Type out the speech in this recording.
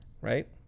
right